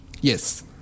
Yes